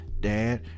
dad